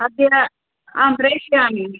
अद्य आं प्रेषयामि